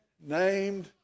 named